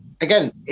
again